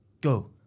Go